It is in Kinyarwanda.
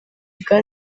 bwa